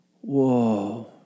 Whoa